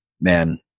man